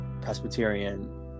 presbyterian